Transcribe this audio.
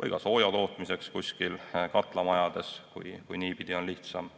või ka sooja tootmiseks kuskil katlamajades, kui niipidi on lihtsam.